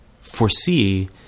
foresee